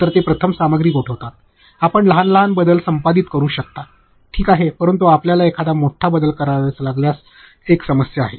तर ते प्रथम सामग्री गोठवतात आपण लहान बदल संपादन करू शकता ठीक आहे परंतु आपल्याला एखादा मोठा बदल करावा लागला तर समस्या आहे